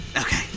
Okay